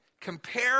compare